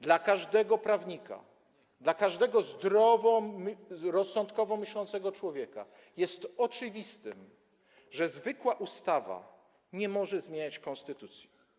Dla każdego prawnika, dla każdego zdroworozsądkowo myślącego człowieka jest oczywiste, że zwykła ustawa nie może zmieniać konstytucji.